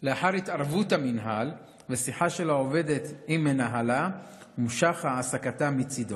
לאחר התערבות המינהל ושיחה של העובדת עם מנהלה הומשכה העסקתה מצידו.